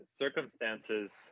circumstances